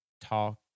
talk